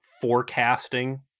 forecasting